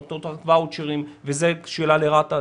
נותנות רק ואוצ'רים וזו שאלה לרת"א,